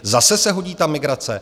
Zase se hodí ta migrace?